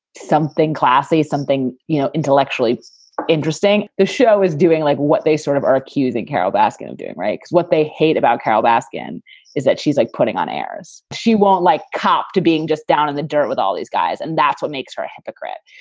something classy, something, you know, intellectually interesting. the show is doing like what they sort of are accusing carol baskin of doing. right. what they hate about carol baskin is that she's like putting on airs. she won't like cop to being just down in the dirt with all these guys. and that's what makes her a hypocrite.